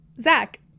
Zach